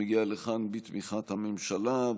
שמגיעה לכאן בתמיכת הממשלה,